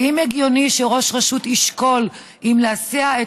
האם הגיוני שראש רשות ישקול אם להסיע את